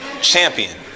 Champion